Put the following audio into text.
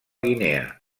guinea